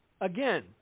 Again